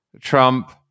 Trump